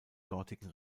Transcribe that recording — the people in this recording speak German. dortigen